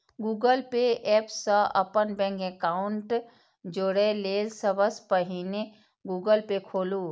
Google pay app सं अपन bank account जोड़य लेल सबसं पहिने गूगल पे खोलू